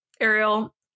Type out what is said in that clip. Ariel